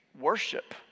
worship